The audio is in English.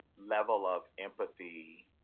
level of empathy